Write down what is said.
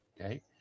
okay